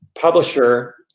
publisher